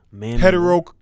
hetero